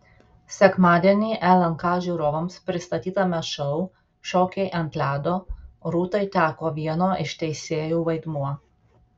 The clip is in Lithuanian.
sekmadienį lnk žiūrovams pristatytame šou šokiai ant ledo rūtai teko vieno iš teisėjų vaidmuo